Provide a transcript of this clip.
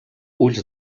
ulls